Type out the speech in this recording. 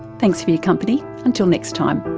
thanks for your company, until next time